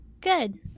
good